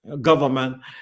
government